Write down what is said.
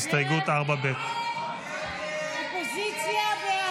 הסתייגות 4ב. הסתייגות 4 לחלופין ב לא נתקבלה.